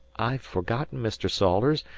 i've forgotten, mr. salters.